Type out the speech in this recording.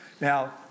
Now